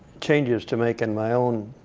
changes to make in my own